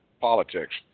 politics